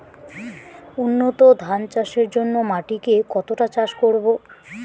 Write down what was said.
উন্নত ধান চাষের জন্য মাটিকে কতটা চাষ করব?